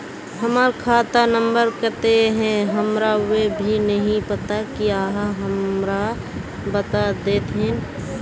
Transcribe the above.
हमर खाता नम्बर केते है हमरा वो भी नहीं पता की आहाँ हमरा बता देतहिन?